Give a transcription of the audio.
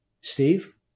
Steve